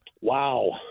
Wow